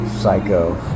psycho